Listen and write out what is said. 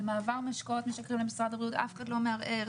על מעבר משקאות משכרים למשרד הבריאות אף אחד לא מערער.